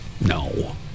no